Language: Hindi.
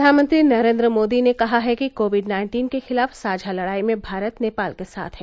प्रधानमंत्री नरेन्द्र मोदी ने कहा है कि कोविड नाइन्टीन के खिलाफ साझा लड़ाई में भारत नेपाल के साथ है